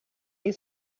you